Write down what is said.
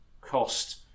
cost